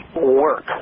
work